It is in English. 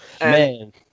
Man